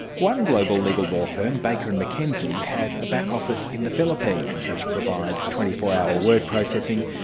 one global legal law firm, baker and mckenzie, has a back office in the philippines, which provides twenty four hour word processing,